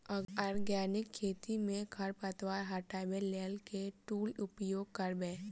Organic खेती मे खरपतवार हटाबै लेल केँ टूल उपयोग करबै?